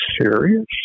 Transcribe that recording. serious